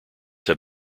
have